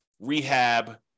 rehab